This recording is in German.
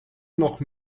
noch